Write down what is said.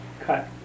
cut